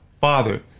Father